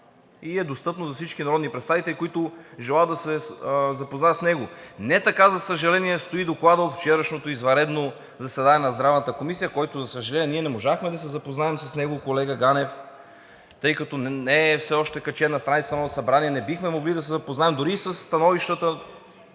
и е достъпно за всички народни представители, които желаят да се запознаят с него. Не е така, за съжаление, с доклада от вчерашното извънредно заседание на Здравната комисия, с който ние не можахме да се запознаем, колега Ганев, тъй като не е все още качен на страницата на Народното събрание, и не бихме могли да се запознаем дори и със становищата.